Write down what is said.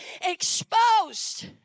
exposed